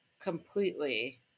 completely